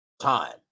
time